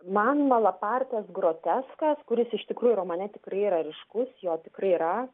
man malapartės groteskas kuris iš tikrųjų romane tikrai yra ryškus jo tikrai yra